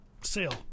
sale